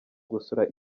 gusura